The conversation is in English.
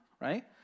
Right